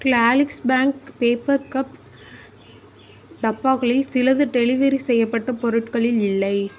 க்ளாஸிங் bank paper cup டப்பாக்களில் சிலது delivery செய்யப்பட்ட பொருட்களில் இல்லை